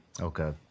Okay